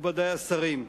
מכובדי השרים,